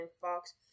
Fox